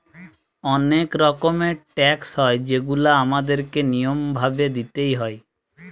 অনেক রকমের ট্যাক্স হয় যেগুলা আমাদের কে নিয়ম ভাবে দিইতে হয়